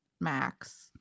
max